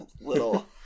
little